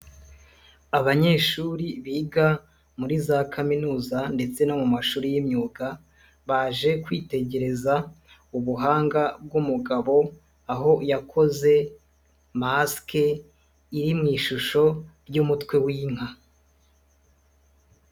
Abanyeshuri biga muri za kaminuza ndetse no mu mashuri y'imyuga, baje kwitegereza ubuhanga bw'umugabo, aho yakoze masike iri mu ishusho ry'umutwe w'inka.